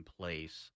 place